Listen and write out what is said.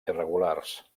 irregulars